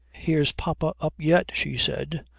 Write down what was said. here's papa up yet, she said,